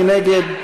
מי נגד?